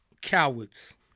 Cowards